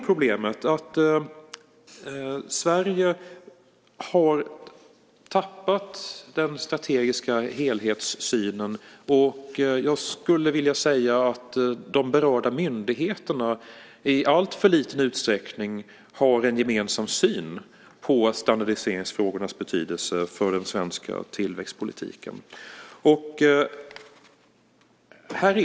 Problemet är att Sverige har tappat den strategiska helhetssynen. Jag skulle vilja säga att de berörda myndigheterna i alltför liten utsträckning har en gemensam syn på standardiseringsfrågornas betydelse för den svenska tillväxtpolitiken.